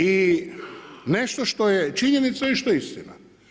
I nešto što je činjenica i što je istina.